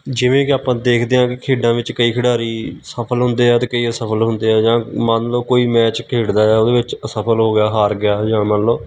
ਜਿਵੇਂ ਕਿ ਆਪਾਂ ਦੇਖਦੇ ਹਾਂ ਕਿ ਖੇਡਾਂ ਵਿੱਚ ਕਈ ਖਿਡਾਰੀ ਸਫਲ ਹੁੰਦੇ ਆ ਅਤੇ ਕਈ ਅਸਫਲ ਹੁੰਦੇ ਆ ਜਾਂ ਮੰਨ ਲਓ ਕੋਈ ਮੈਚ ਖੇਡਦਾ ਆ ਉਹਦੇ ਵਿੱਚ ਅਸਫਲ ਹੋ ਗਿਆ ਹਾਰ ਗਿਆ ਜਾਂ ਮੰਨ ਲਓ